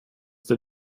der